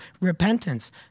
repentance